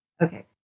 Okay